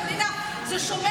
זה ניסוח בסדר.